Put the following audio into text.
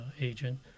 agent